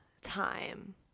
time